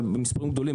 אבל במספרים גדולים,